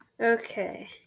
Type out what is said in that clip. okay